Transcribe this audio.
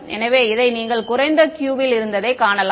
எனவே இதை நீங்கள் குறைந்த Q ல் இருந்ததை காணலாம்